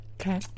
Okay